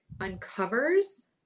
uncovers